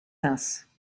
house